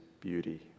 beauty